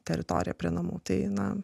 teritorija prie namų tai man